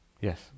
Yes